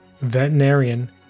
veterinarian